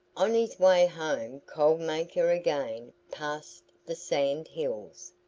on his way home cold maker again passed the sand hills.